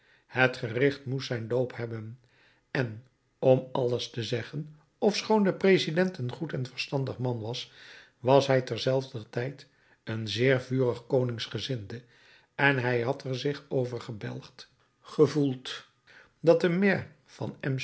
het gericht moest zijn loop hebben en om alles te zeggen ofschoon de president een goed en verstandig man was was hij terzelfder tijd een zeer vurig koningsgezinde en hij had er zich over gebelgd gevoeld dat de maire van